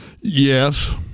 Yes